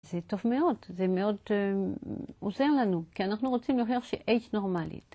זה טוב מאוד, זה מאוד עוזר לנו, כי אנחנו רוצים להוכיח ש-H נורמלית.